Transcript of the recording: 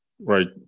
right